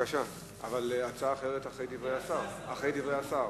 הצעה אחרת, אחרי דברי השר.